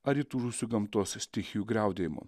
ar įtūžusių gamtos stichijų griaudėjimo